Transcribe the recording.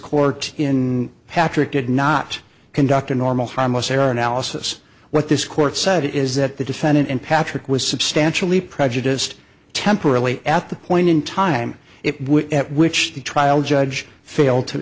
court in patrick did not conduct a normal harmless error analysis what this court said is that the defendant and patrick was substantially prejudiced temporarily at the point in time it would at which the trial judge fail to